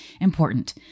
important